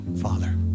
Father